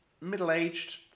middle-aged